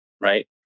right